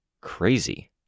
Crazy